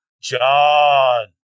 John